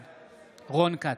בעד רון כץ,